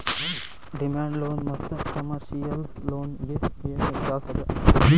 Demand loan ಮತ್ತ commercial loan ಗೆ ಏನ್ ವ್ಯತ್ಯಾಸದ?